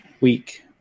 week